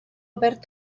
obert